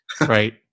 Right